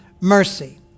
mercy